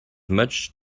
much